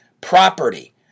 property